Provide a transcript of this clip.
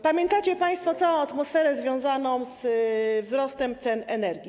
Pamiętacie państwo całą atmosferę związaną ze wzrostem cen energii.